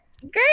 Great